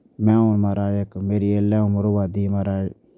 में हून मा'राज इक मेरी इस बेल्लै उमर होआ दी मा'राज